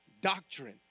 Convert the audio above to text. doctrine